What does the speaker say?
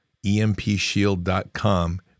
EMPShield.com